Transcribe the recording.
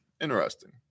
Interesting